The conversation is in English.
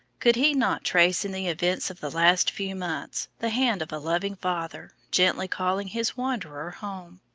could he not trace in the events of the last few months the hand of a loving father gently calling his wanderer home?